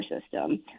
system